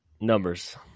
Numbers